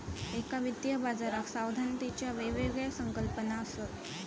एका वित्तीय बाजाराक सावधानतेच्या वेगवेगळ्या संकल्पना असत